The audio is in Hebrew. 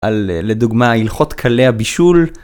על, לדוגמא הלכות קלי הבישול.